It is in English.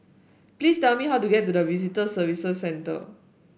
please tell me how to get to Visitor Services Centre